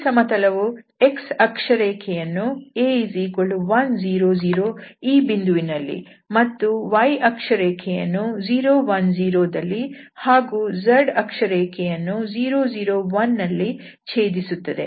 ಈ ಸಮತಲವು x ಅಕ್ಷರೇಖೆಯನ್ನು A 100 ಈ ಬಿಂದುವಿನಲ್ಲಿ ಮತ್ತು y ಅಕ್ಷರೇಖೆಯನ್ನು 010 ದಲ್ಲಿ ಹಾಗೂ z ಅಕ್ಷರೇಖೆಯನ್ನು 001 ದಲ್ಲಿ ಛೇದಿಸುತ್ತದೆ